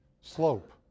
slope